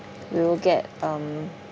we will get um